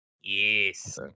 Yes